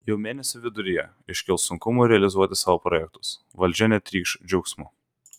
jau mėnesio viduryje iškils sunkumų realizuoti savo projektus valdžia netrykš džiaugsmu